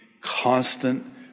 constant